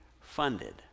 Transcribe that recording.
funded